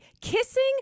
kissing